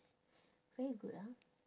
very good ah